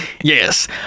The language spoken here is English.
Yes